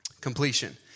Completion